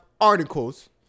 articles